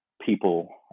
people